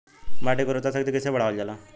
माटी के उर्वता शक्ति कइसे बढ़ावल जाला?